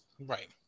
right